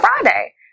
Friday